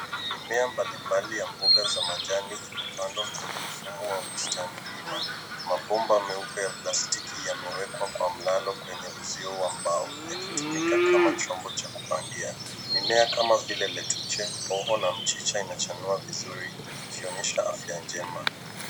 Mimea mbalimbali ya mboga za majani imepandwa kwenye mfumo wa bustani wima. Mabomba meupe ya plastiki yamewekwa kwa mlalo kwenye uzio wa mbao yakitumika kama chombo cha kupandia. Mimea kama vile[ lettuce ]hoho na mchicha inachanua vizuri ikionyesha afya njema.